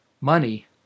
money